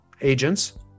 agents